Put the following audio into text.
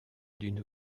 d’une